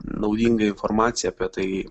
naudinga informacija apie tai